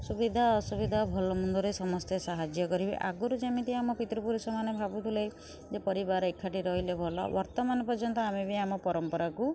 ସୁବିଧା ଅସୁବିଧା ଭଲ ମନ୍ଦରେ ସମସ୍ତେ ସାହାର୍ଯ୍ୟ କରିବେ ଆଗରୁ ଯେମିତି ଆମ ପିତୃପୁରୁଷମାନେ ଭାବୁଥିଲେ ଯେ ପରିବାର ଏକାଠି ରହିଲେ ଭଲ ବର୍ତ୍ତମାନ ପର୍ଯ୍ୟନ୍ତ ଆମେ ବି ଆମ ପରମ୍ପରାକୁ